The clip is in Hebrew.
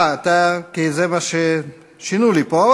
אה, זה מה ששינו לי פה.